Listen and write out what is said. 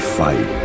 fight